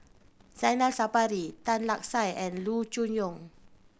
Zainal Sapari Tan Lark Sye and Loo Choon Yong